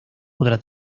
otra